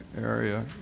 area